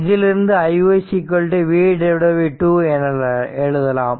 இதிலிருந்து iy v 2 என எழுதலாம்